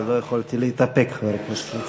אבל לא יכולתי להתאפק, חבר הכנסת מצנע.